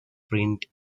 print